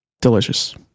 delicious